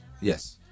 Yes